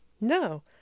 No